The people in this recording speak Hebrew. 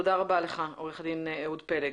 תודה רבה לך, עורך דין אהוד פלג.